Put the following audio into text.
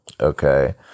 Okay